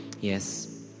Yes